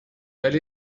ولی